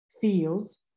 feels